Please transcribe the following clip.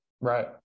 right